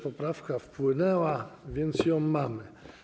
Poprawka wpłynęła, więc ją mamy.